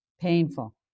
Painful